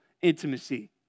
intimacy